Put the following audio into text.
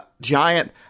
giant